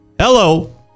Hello